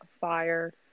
fire